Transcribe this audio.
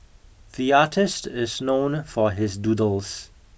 the artist is known for his doodles